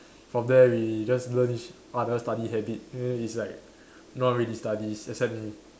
from there we just learn each other study habit then it's like no one really studies except me